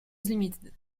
limited